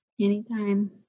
Anytime